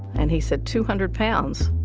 and he said, two hundred pounds